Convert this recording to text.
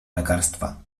lekarstwa